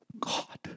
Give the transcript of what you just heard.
God